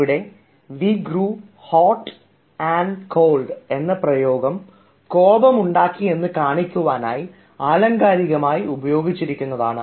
ഇവിടെ വി ഗരൂ ഹോട്ട് ആൻഡ് കോൾഡ് എന്ന പ്രയോഗം കോപം ഉണ്ടാക്കി എന്ന് കാണിക്കുവാനായി ആലങ്കാരികമായി ഉപയോഗിച്ചിരുന്നതാണ്